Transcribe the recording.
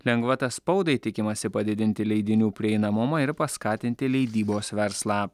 lengvata spaudai tikimasi padidinti leidinių prieinamumą ir paskatinti leidybos verslą